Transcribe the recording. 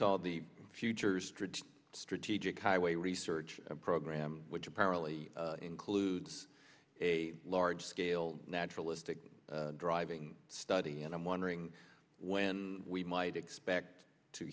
called the futures strategic highway research program which apparently includes a large scale naturalistic driving study and i'm wondering when we might expect to